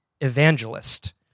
Evangelist